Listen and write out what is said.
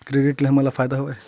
Credit ले हमन ला का फ़ायदा हवय?